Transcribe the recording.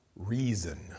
Reason